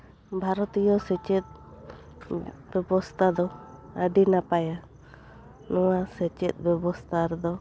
ᱵᱷᱟᱨᱚᱛᱤᱭᱚ ᱥᱮᱪᱮᱫ ᱵᱮᱵᱚᱥᱛᱟ ᱫᱚ ᱟᱹᱰᱤ ᱱᱟᱯᱟᱭᱟ ᱱᱚᱣᱟ ᱥᱮᱪᱮᱫ ᱵᱮᱵᱚᱥᱛᱟ ᱨᱮᱫᱚ